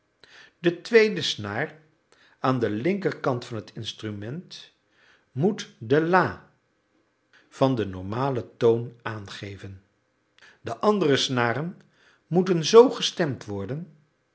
de tweede snaar aan den linkerkant van het instrument moet de la van den normalen toon aangeven de andere snaren moeten z gestemd worden